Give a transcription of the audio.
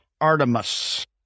Artemis